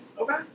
Okay